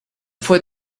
fue